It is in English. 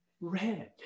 Red